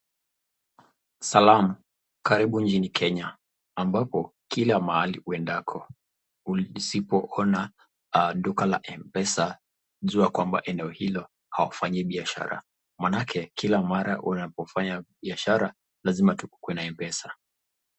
Salaam. Karibu nchini Kenya ambapo kila mahali uendako usipoona duka la M-Pesa jua kwamba eneo hilo hawafanyi biashara. Maanake kila mara unapofanya biashara lazima tukukuwe na M-Pesa.